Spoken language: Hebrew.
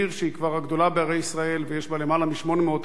שהיא כבר הגדולה בערי ישראל ויש בה למעלה מ-800,000 תושבים,